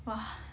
!wah!